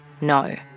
no